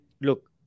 look